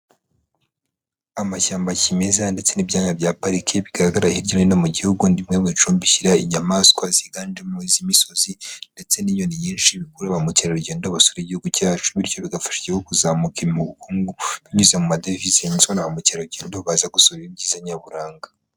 Amashyamba kimeza ndetse n'iya bya pariki bigaragara hirya no hino mu gihugu ni bimwe bicumbikira inyamaswa ziganjemo iz'imisozi ndetse n'inyoni nyinshi bikurura ba mukerarugendo basura igihugu cyacu bityo bigafasha igihugu kuzamuka mu bukungu binyuze mu madevize yinjizwa na ba mukerarugendo baza gusura ibyiza nyaburanga.